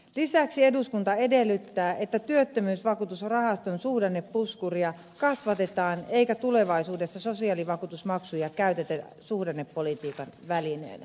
lisäksi eduskunta edellyttää että työttömyysvakuutusrahaston suhdannepuskuria kasvatetaan eikä tulevaisuudessa sosiaalivakuutusmaksuja käytetä suhdannepolitiikan välineenä